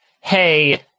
hey